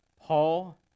Paul